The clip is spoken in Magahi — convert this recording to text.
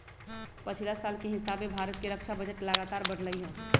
पछिला साल के हिसाबे भारत के रक्षा बजट लगातार बढ़लइ ह